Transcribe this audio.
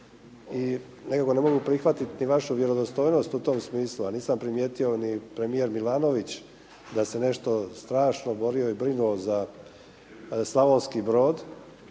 I nekako ne mogu ni prihvatiti ni vašu vjerodostojnost u tom smislu a nisam primijetio ni premijer Milanović da se nešto strašno borio i brinuo za Slavonski Brod